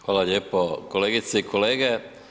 Hvala lijepo kolegice i kolege.